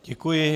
Děkuji.